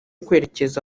kwerekeza